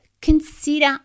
consider